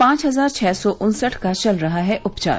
पांच हजार छः सौ उन्सठ का चल रहा है उपचार